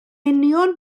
union